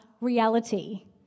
reality